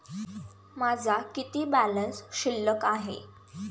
माझा किती बॅलन्स शिल्लक आहे?